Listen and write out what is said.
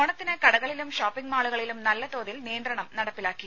ഓണത്തിന് കടകളിലും ഷോപ്പിംഗ് മാളുകളിലും നല്ലതോതിൽ നിയന്ത്രണം നടപ്പിലാക്കി